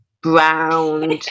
brown